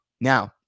Now